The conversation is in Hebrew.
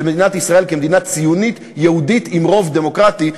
מדינת ישראל כמדינה ציונית יהודית עם רוב דמוקרטי,